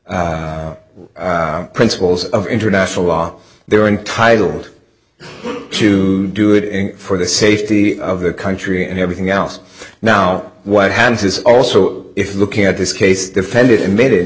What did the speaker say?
principles of international law they're entitled to do it and for the safety of the country and everything else now what happens is also if looking at this case defended and made it